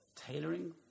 tailoring